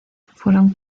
fueron